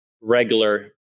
regular